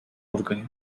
органе